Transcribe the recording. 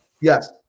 Yes